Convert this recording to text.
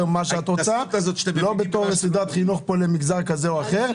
לא בתור סדרת חינוך למגזר כזה או אחר.